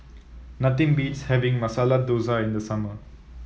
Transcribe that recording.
nothing beats having Masala Dosa in the summer